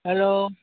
hello